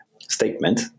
statement